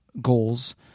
goals